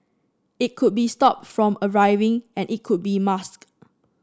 it could be stopped from arriving and it could be masked